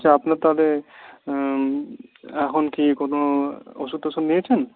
আচ্ছা আপনার তাহলে এখন কি কোন ওষুধ টষুধ নিয়েছেন